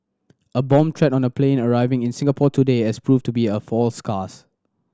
a bomb threat on a plane arriving in Singapore today has proved to be a false scares